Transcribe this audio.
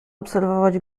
obserwować